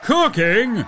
Cooking